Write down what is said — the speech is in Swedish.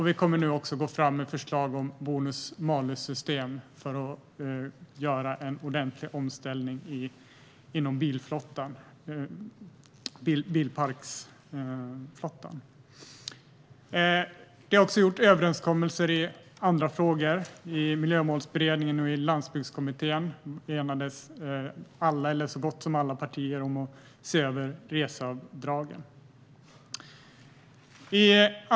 Vi kommer nu också att gå fram med förslag om ett bonus-malus-system för att göra en ordentlig omställning inom bilparksflottan. Vi har också gjort överenskommelser i andra frågor. I Miljömålsberedningen och i Landsbygdskommittén enades så gott som alla partier om att se över reseavdragen.